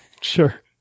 Sure